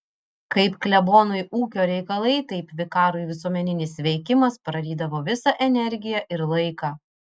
kaip klebonui ūkio reikalai taip vikarui visuomeninis veikimas prarydavo visą energiją ir laiką